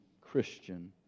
Christian